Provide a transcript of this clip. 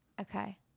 okay